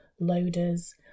loaders